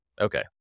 Okay